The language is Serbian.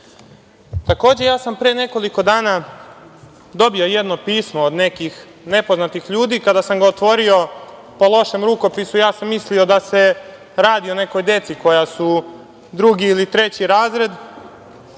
da dođe u Leposavić. Pre nekoliko dana sam dobio jedno pismo od nekih nepoznatih ljudi. Kada sam ga otvorio, po lošem rukopisu sam mislio da se radi o nekoj deci koja su drugi ili treći razred,